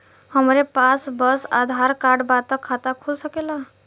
हमरे पास बस आधार कार्ड बा त खाता खुल सकेला?